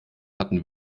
hatten